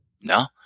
No